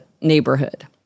neighborhood